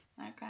Okay